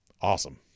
Awesome